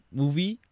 movie